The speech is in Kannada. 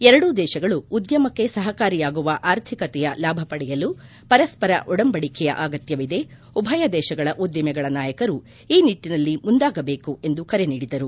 ಎರಡೂ ದೇಶಗಳು ಉದ್ಲಮಕ್ಕೆ ಸಹಕಾರಿಯಾಗುವ ಆರ್ಥಿಕತೆಯ ಲಾಭ ಪಡೆಯಲು ಪರಸ್ಪರ ಒಡಂಬಡಿಕೆಯ ಅಗತ್ನವಿದೆ ಉಭಯ ದೇಶಗಳ ಉದ್ಲಿಮೆಗಳ ನಾಯಕರು ಈ ನಿಟ್ಟನಲ್ಲಿ ಮುಂದಾಗಬೇಕು ಎಂದು ಕರೆ ನೀಡಿದರು